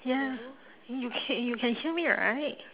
ya you can you can hear me right